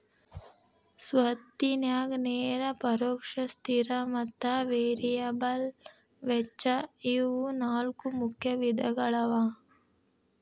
ಸ್ವತ್ತಿನ್ಯಾಗ ನೇರ ಪರೋಕ್ಷ ಸ್ಥಿರ ಮತ್ತ ವೇರಿಯಬಲ್ ವೆಚ್ಚ ಇವು ನಾಲ್ಕು ಮುಖ್ಯ ವಿಧಗಳವ